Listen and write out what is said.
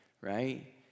right